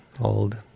old